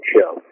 show